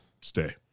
stay